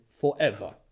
forever